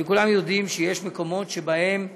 כולם יודעים שיש מקומות שבהם אכן,